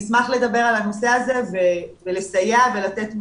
אשמח לדבר על הנושא הזה, לסייע ולתת מענה.